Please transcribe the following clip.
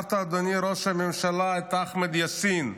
שחררת את אחמד יאסין,